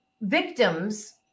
Victims